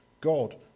God